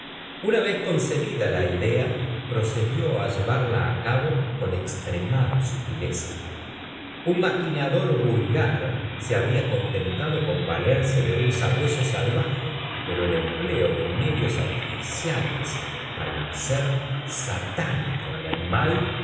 una vez concebida la idea procedió á llevarla á cabo con extremada sutileza un maquinador vulgar se habría contentado con valerse de un sabueso salvaje pero el empleo de medios artificiales para hacer satánico al animal